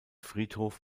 friedhof